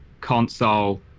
console